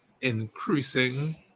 increasing